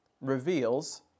reveals